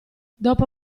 dopo